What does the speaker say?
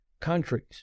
countries